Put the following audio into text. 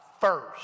first